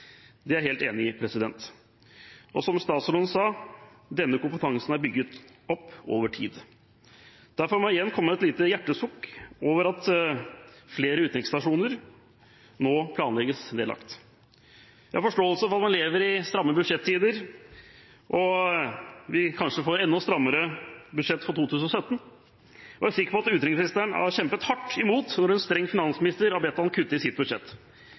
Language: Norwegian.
Det er jeg helt enig i. Som statsråden sa, er denne kompetansen bygget opp over tid. Derfor må jeg igjen komme med et lite hjertesukk med tanke på at flere utenriksstasjoner nå planlegges nedlagt. Jeg har forståelse for at vi lever i stramme budsjettider, og at vi kanskje får et enda strammere budsjett for 2017, og jeg er sikker på at utenriksministeren har kjempet hardt imot når en streng finansminister har bedt ham kutte i sitt budsjett.